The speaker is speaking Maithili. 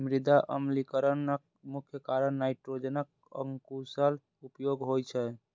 मृदा अम्लीकरणक मुख्य कारण नाइट्रोजनक अकुशल उपयोग होइ छै